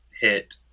hit